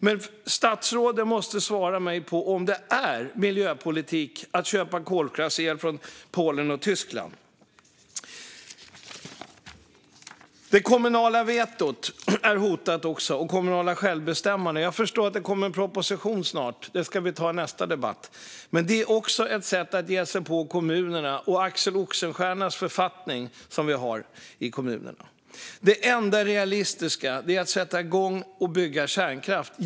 Men statsrådet måste svara på om det är miljöpolitik att köpa kolkraftsel från Polen och Tyskland. Det kommunala vetot är hotat, det kommunala självbestämmandet också. Jag har förstått att det kommer en proposition snart. Det ska vi ta i nästa debatt. Men det är också ett sätt att ge sig på kommunerna och Axel Oxenstiernas författning som vi har i kommunerna. Det enda realistiska är att sätta igång och bygga kärnkraft.